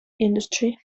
industry